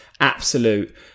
absolute